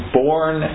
born